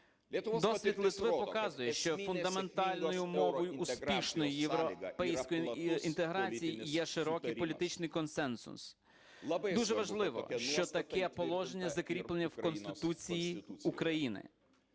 Досвід Литви показує, що фундаментальною умовою успішної європейської інтеграції є широкий політичний консенсус. Дуже важливо, що таке положення закріплено в Конституції України.